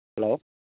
hello